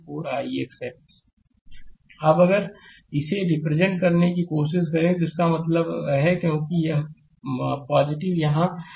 slide समय देखें 1724 अब अगर इसे रिप्रेजेंट करने की कोशिश करें तो इसका मतलब है क्योंकि यहाँ है